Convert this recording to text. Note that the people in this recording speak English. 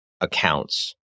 accounts